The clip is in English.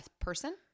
person